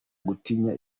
gutinya